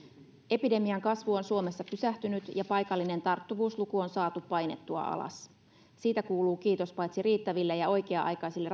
epidemian kasvu on suomessa pysähtynyt ja paikallinen tarttuvuusluku on saatu painettua alas siitä kuuluu kiitos paitsi riittäville ja oikea aikaisille